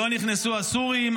לא נכנסו הסורים,